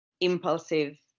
impulsive